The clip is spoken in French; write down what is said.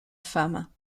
femme